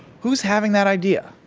who's having that idea?